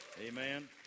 Amen